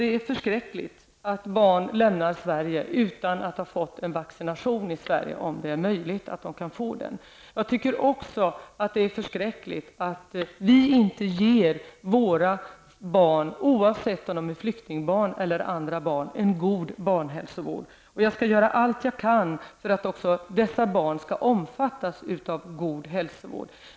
Det är förskräckligt att barn lämnar Sverige utan att här ha fått en vaccination om detta hade varit möjligt. Det är också förskräckligt att vi inte ger våra barn -- oavsett om de är flyktingbarn eller inte -- en god barnhälsovård. Jag skall göra allt jag kan för att också dessa barn skall omfattas av en god hälsovård.